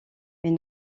mais